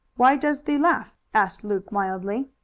why does thee laugh? asked luke mildly.